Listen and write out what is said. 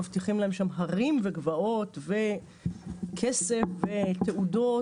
מבטיחים להם שם הרים וגבעות וכסף ותעודות,